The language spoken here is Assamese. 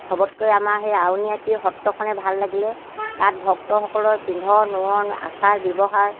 চবতকৈ আমাৰ সেই আউনআটী সত্ৰখনে ভাল লাগিলে তাত ভক্তসকলৰ পিন্ধন উৰণ আচাৰ ব্যৱহাৰ